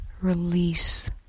release